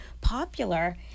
popular